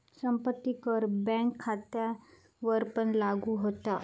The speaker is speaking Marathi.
संपत्ती कर बँक खात्यांवरपण लागू होता